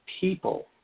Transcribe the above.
people